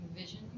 vision